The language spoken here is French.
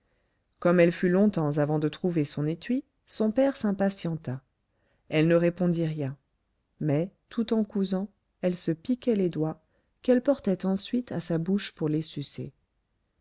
comme elle fut longtemps avant de trouver son étui son père s'impatienta elle ne répondit rien mais tout en cousant elle se piquait les doigts qu'elle portait ensuite à sa bouche pour les